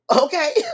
okay